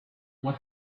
what